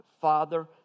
Father